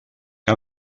que